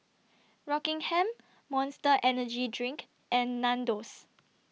Rockingham Monster Energy Drink and Nandos